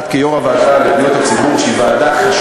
את כיושבת-ראש הוועדה לפניות הציבור,